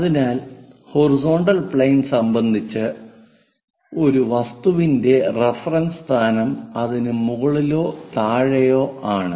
അതിനാൽ horizontal plane സംബന്ധിച്ച് ഒരു വസ്തുവിന്റെ റഫറൻസ് സ്ഥാനം അതിന് മുകളിലോ താഴെയോ ആണ്